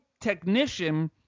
technician